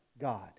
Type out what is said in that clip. God